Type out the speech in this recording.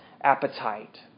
appetite